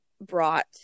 brought